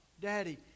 Daddy